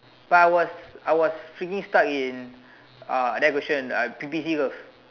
but I was I was freaking stuck in uh that question P_P_C curve